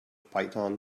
python